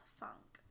funk